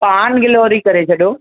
पान गिलोरी करे छॾियो